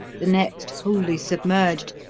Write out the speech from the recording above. the next wholly submerged,